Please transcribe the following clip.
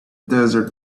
desert